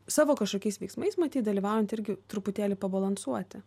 savo kažkokiais veiksmais matyt dalyvaujant irgi truputėlį pabalansuoti